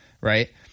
right